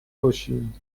باشیم